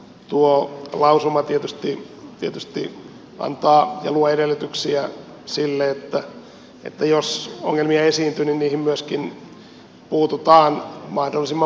tuo lausuma tietysti luo edellytyksiä sille että jos ongelmia esiintyy niin niihin myöskin puututaan mahdollisimman pian